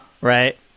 Right